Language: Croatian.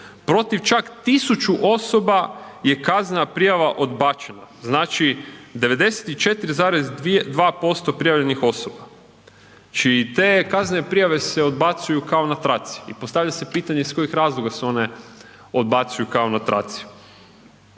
protiv čak 1.000 osoba je kaznena prijava odbačena. Znači 94,2% prijavljenih osoba, čiji te kaznene prijave se odbacuju kao na traci i postavlja se pitanje iz kojih razloga se one odbacuju kao na traci.